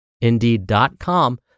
indeed.com